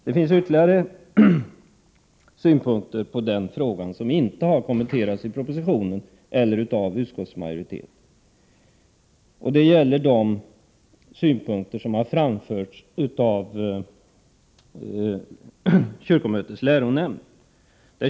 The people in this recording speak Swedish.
Det finns ytterligare synpunkter på denna fråga som inte har kommenterats i propositionen eller av utskottsmajoriteten. Det är de synpunkter som har framförts av kyrkomötets läronämnd.